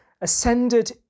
ascended